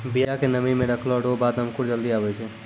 बिया के नमी मे रखलो रो बाद अंकुर जल्दी आबै छै